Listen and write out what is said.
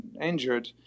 injured